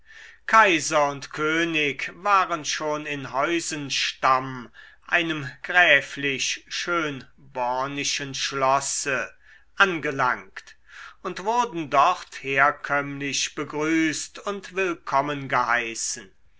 kaiser und könig waren schon in heusenstamm einem gräflich schönbornischen schlosse angelangt und wurden dort herkömmlich begrüßt und willkommen geheißen